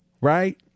Right